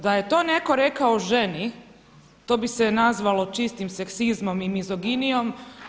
Da je to netko rekao ženi, to bi se nazvalo čistim seksizmom i minoginijom.